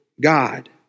God